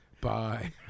Bye